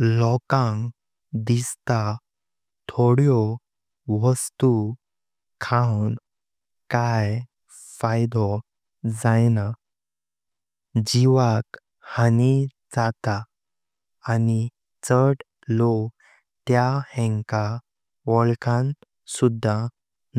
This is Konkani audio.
लोकांक दिसता थोड्यो वस्तु खाऊं काई फायदो जाएना, जीवाक हानी जाता आनी चड लोक त्या हेंका वळकोन सुध्दा